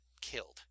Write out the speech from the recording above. killed